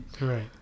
Right